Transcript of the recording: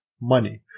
money